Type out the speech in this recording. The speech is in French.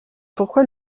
pourquoi